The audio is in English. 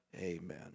Amen